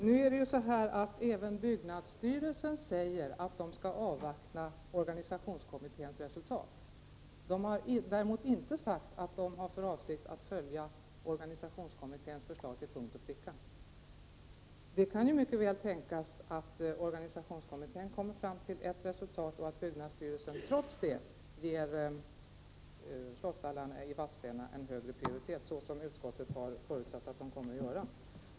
Herr talman! Även byggnadsstyrelsen säger att den skall avvakta resultatet av organisationskommitténs utredning. Byggnadsstyrelsen har däremot inte sagt att den har för avsikt att följa organisationskommitténs förslag till punkt och pricka. Det kan ju mycket väl tänkas att organisationskommittén kommer fram till ett resultat men att byggnadsstyrelsen trots det ger slottsvallarna i Vadstena en högre prioritet, såsom utskottet har förutsatt att den kommer att göra.